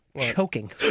Choking